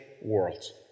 worlds